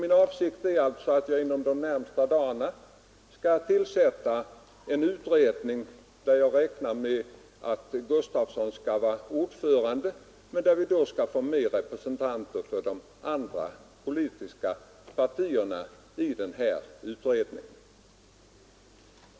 Min avsikt är alltså att inom de närmaste dagarna tillsätta en utredning, där jag räknar med att Gunnar Gustafsson skall vara ordförande och där representanter för övriga politiska partier skall delta.